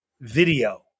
video